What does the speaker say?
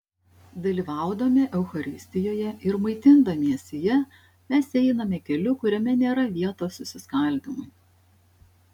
dalyvaudami eucharistijoje ir maitindamiesi ja mes einame keliu kuriame nėra vietos susiskaldymui